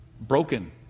broken